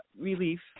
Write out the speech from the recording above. relief